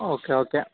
okay okay